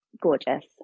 gorgeous